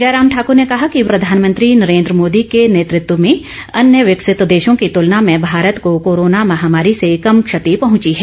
जयराम ठाकर ने कहा कि वे प्रधानमंत्री नरेन्द्र मोदी के नेतृत्व में अन्य विकसित देशों की तुलना में भारत को कोरोना महामारी से कम क्षति पहुंची है